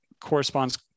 corresponds